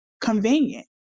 convenient